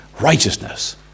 Righteousness